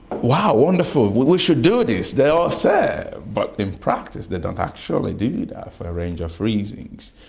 wow, wonderful, we should do this, they all say. but in practice they don't actually do that for a range of reasons.